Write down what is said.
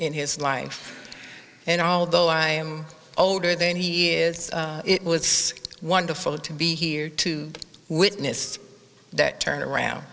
in his life and although i am older than he is it was wonderful to be here to witness that turnaround